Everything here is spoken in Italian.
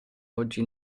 oggi